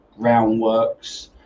groundworks